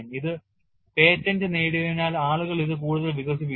ഇത് പേറ്റന്റ് നേടിയതിനാൽ ആളുകൾ ഇത് കൂടുതൽ വികസിപ്പിക്കുന്നു